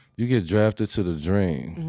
you get drafted to the dream.